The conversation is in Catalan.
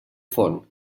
font